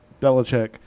Belichick